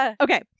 okay